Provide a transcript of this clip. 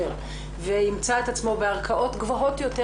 וימצא את עצמו בערכאות גבוהות יותר,